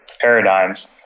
paradigms